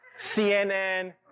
CNN